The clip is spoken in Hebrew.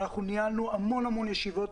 ניהלנו המון ישיבות,